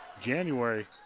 January